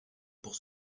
pour